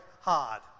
hard